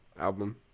album